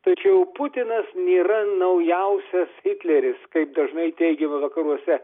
tačiau putinas nėra naujausias hitleris kaip dažnai teigiama vakaruose